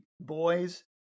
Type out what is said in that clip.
boys